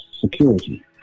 security